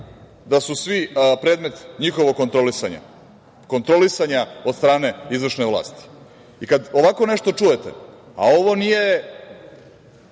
da su svi predmet njihovog kontrolisanja, kontrolisanja od strane izvršne vlasti. Kada ovako nešto čujete, a ovo nije